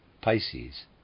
Pisces